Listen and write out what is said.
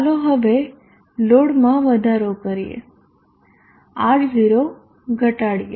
ચાલો હવે લોડમાં વધારો કરી R0 ઘટાડીએ